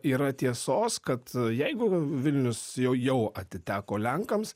yra tiesos kad jeigu vilnius jau jau atiteko lenkams